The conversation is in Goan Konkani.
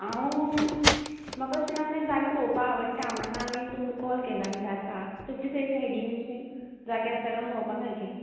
हांव म्हाका अशें नवें नवें जागे पळोवपा आवडटा म्हणो हांवें तुमकां काॅल केला विचारपाक तुमचे ते सायडीन जागे आसा काय म्हण भोंवपा सारके